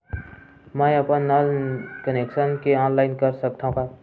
मैं अपन नल कनेक्शन के ऑनलाइन कर सकथव का?